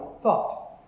thought